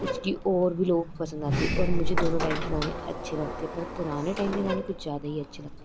उसकी और भी लोगों को पसन्द आती है और मुझे दोनों टाइम के गाने अच्छे लगते है पर पुराने टाइम के गाने कुछ ज़्यादा ही अच्छे लगते